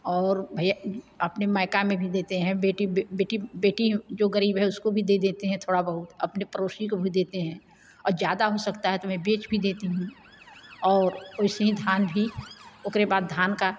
और भैया अपने मायका में भी देते हैं बेटी बेटी जो गरीब है उसको भी दे देते हैं थोड़ा बहुत अपने पड़ोसी को भी देते हैं और ज़्यादा हो सकता है तो मैं बेच भी देती हूँ और वैसे ही धान भी ओकरे बाद धान का